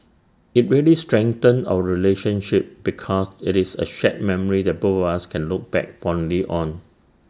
IT really strengthened our relationship because IT is A shared memory that both of us can look back fondly on